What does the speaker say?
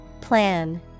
Plan